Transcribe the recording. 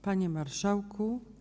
Panie Marszałku!